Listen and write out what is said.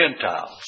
Gentiles